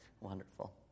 wonderful